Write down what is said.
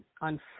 on